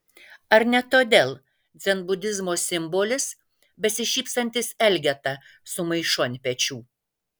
ar ne todėl dzenbudizmo simbolis besišypsantis elgeta su maišu ant pečių